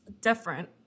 different